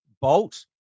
Bolt